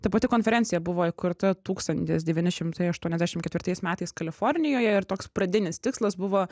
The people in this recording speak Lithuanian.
ta pati konferencija buvo įkurta tūkstantis devyni šimtai aštuoniasdešimt ketvirtais metais kalifornijoje ir toks pradinis tikslas buvo